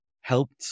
helped